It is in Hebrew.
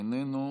איננו.